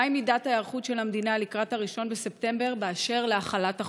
מהי מידת ההיערכות של המדינה לקראת 1 בספטמבר באשר להחלת החוק?